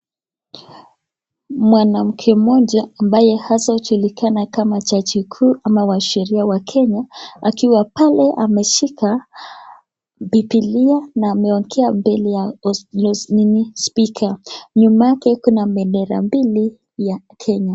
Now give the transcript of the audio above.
Mwanamke mmoja ambaye haswa hujulikana kama jaji mkuu ama wa sheria wa Kenya, akiwa pale ameshika bibilia na ameongea mbele ya spika. Nyuma yake kuna bendera mbili ya Kenya.